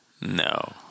No